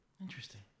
Interesting